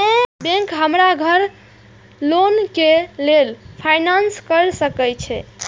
Bank हमरा घर loan के लेल फाईनांस कर सके छे?